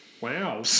Wow